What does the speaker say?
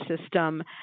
system